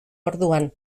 orduan